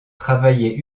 travaillait